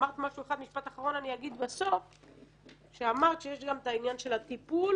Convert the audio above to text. אמרת משפט אחרון שיש גם את העניין של הטיפול